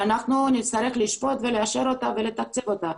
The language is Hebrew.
שאנחנו נצטרך לשפוט ולאשר אותה ולתקצב אותה.